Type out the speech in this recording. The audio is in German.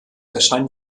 erscheint